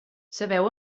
sabeu